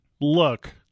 look